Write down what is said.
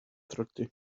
thirty